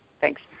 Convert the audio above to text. thanks